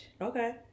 Okay